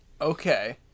Okay